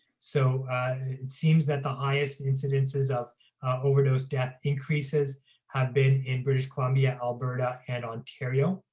so it seems that the highest incidences of overdose death increases have been in british columbia, alberta, and ontario.